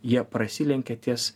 jie prasilenkia ties